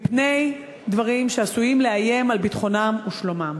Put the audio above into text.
מפני דברים שעשויים לאיים על ביטחונם ושלומם.